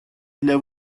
для